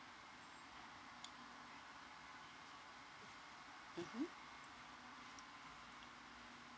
mmhmm